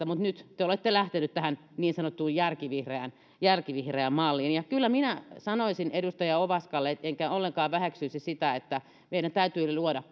mutta nyt te te olette lähtenyt tähän niin sanottuun järkivihreään malliin kyllä minä sanoisin edustaja ovaskalle etten ollenkaan väheksyisi sitä että meidän täytyy luoda